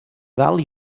dalt